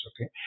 okay